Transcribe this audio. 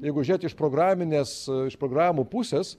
jeigu žiūrėti iš programinės programų pusės